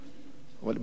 הבעיה היא אחרת.